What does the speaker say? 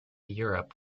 europe